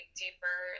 deeper